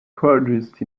produced